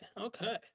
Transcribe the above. Okay